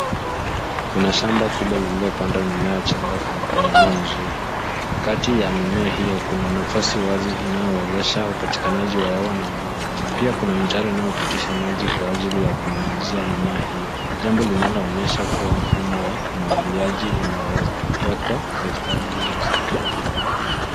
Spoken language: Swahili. Kuna shamba kubwa lilopanda mimea changa kwa mpangilio mzuri kati ya mimea io kuna navasi wazi inaowezesha upatikanaji wa hewa na mwanga pia kuna mtaro unaopitisha maji kwa ajili wa kunyunyisia mimea io , jambo linaloonyesha kuwa mfumo wa umwagiliaji umewekwa kwa ustadi ilikusaidia ukuwaji.